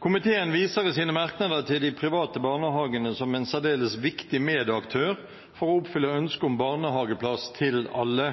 Komiteen viser i sine merknader til de private barnehagene som en særdeles viktig medaktør for å oppfylle ønsket om barnehageplass til alle.